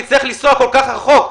ויצטרך לנסוע כל כך רחוק.